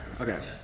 Okay